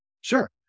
Sure